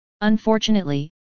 Unfortunately